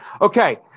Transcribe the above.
okay